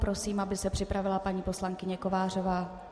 Prosím, aby se připravila paní poslankyně Kovářová.